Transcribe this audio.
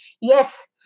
yes